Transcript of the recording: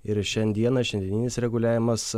ir šiandieną šiandieninis reguliavimas